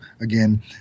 again